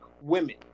women